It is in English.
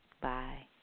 Bye